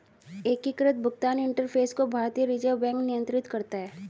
एकीकृत भुगतान इंटरफ़ेस को भारतीय रिजर्व बैंक नियंत्रित करता है